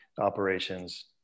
operations